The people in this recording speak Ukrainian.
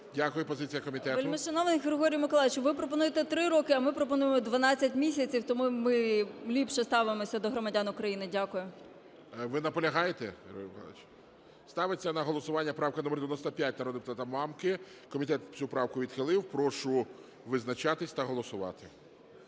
Миколайовичу, ви пропонуєте 3 роки, а ми пропонуємо 12 місяців, тому ми ліпше ставимося до громадян України. Дякую. ГОЛОВУЮЧИЙ. Ви наполягаєте, Григорій Миколайович? Ставиться на голосування правка номер 95 народного депутата Мамки. Комітет цю правку відхилив. Прошу визначатись та голосувати.